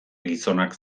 gizonak